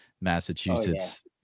Massachusetts